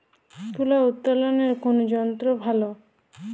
তুলা উত্তোলনে কোন যন্ত্র ভালো?